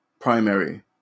primary